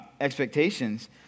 expectations